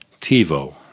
TiVo